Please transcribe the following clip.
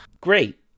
Great